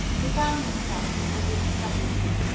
they found him, in fact, before they expected him,